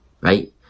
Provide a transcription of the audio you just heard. right